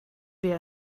wir